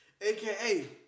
aka